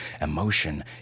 emotion